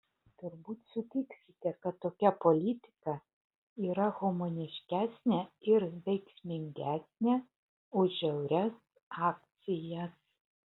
turbūt sutiksite kad tokia politika yra humaniškesnė ir veiksmingesnė už žiaurias akcijas